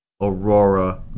Aurora